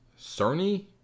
Cerny